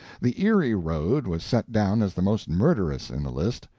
the erie road was set down as the most murderous in the list.